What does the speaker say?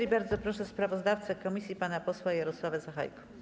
I bardzo proszę sprawozdawcę komisji pana posła Jarosława Sachajkę.